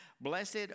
Blessed